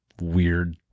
weird